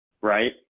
right